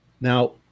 Now